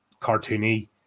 cartoony